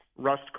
Rust